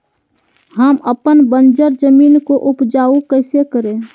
हम अपन बंजर जमीन को उपजाउ कैसे करे?